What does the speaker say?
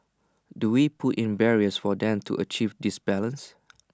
do we put in barriers for them to achieve this balance